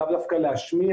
לאו דווקא להשמיע,